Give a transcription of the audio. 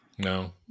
No